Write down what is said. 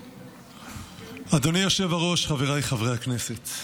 אדוני היושב-ראש, חבריי חברי הכנסת,